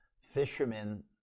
fishermen